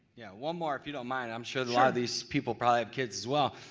yeah, one more if you don't mind i'm sure a lot of these people probably have kids as well.